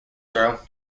throw